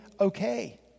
okay